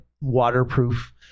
waterproof